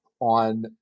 on